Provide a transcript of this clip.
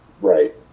Right